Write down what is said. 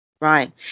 Right